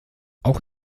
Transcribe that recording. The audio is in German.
auch